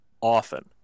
often